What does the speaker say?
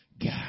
God